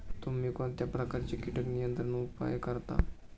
तुम्ही कोणत्या प्रकारचे कीटक नियंत्रण उपाय वापरता?